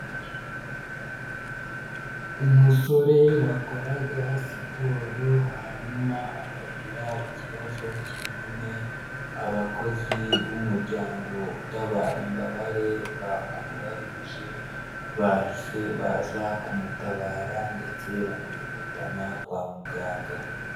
Umusore wakoraga siporo hanyuma akagira ikibazo cy'imvune, abakozi b'umuryango utabara imbabare ba kuruwa ruje bahise baza kumutabara ndetse bamwihutana kwa muganga.